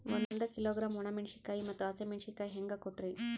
ಒಂದ ಕಿಲೋಗ್ರಾಂ, ಒಣ ಮೇಣಶೀಕಾಯಿ ಮತ್ತ ಹಸಿ ಮೇಣಶೀಕಾಯಿ ಹೆಂಗ ಕೊಟ್ರಿ?